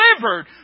delivered